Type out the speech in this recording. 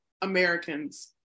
americans